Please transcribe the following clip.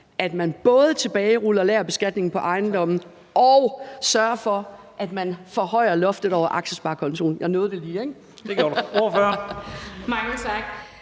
at man både tilbageruller lagerbeskatningen på ejendomme og sørger for, at man forhøjer loftet over aktiesparekontoen?